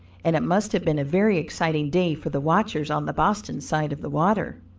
and it must have been a very exciting day for the watchers on the boston side of the water.